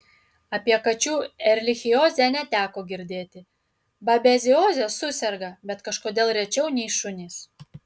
apie kačių erlichiozę neteko girdėti babezioze suserga bet kažkodėl rečiau nei šunys